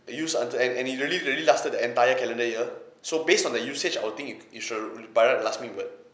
I use until and and it really really lasted the entire calendar year so based on the usage I'll think it should by right will last me but